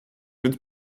więc